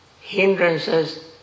hindrances